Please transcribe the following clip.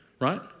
Right